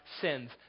sins